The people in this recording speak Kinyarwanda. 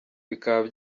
bikaba